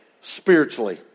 spiritually